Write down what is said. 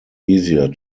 easier